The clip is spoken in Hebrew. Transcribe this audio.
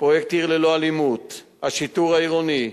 פרויקט "עיר ללא אלימות", השיטור העירוני.